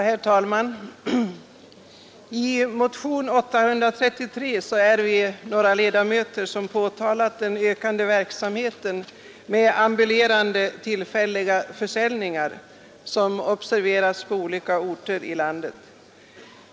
Herr talman! Vi är några socialdemokratiska ledamöter som i motionen 833 har påtalat den ökning av ambulerande tillfälliga försäljningar som observerats på olika orter i landet.